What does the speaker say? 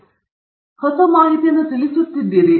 ಆದ್ದರಿಂದ ನೀವು ಪ್ರಮುಖ ಹೊಸ ಮಾಹಿತಿಯನ್ನು ತಿಳಿಸುತ್ತಿದ್ದೀರಿ